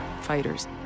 Fighters